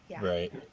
Right